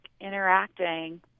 interacting